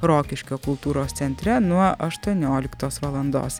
rokiškio kultūros centre nuo aštuonioliktos valandos